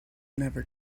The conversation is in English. never